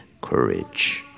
courage